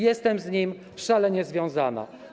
Jestem z nim szalenie związana.